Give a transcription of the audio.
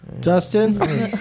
Dustin